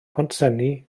pontsenni